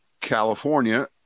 California